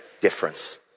difference